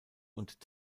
und